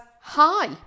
hi